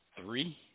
three